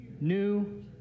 new